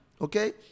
Okay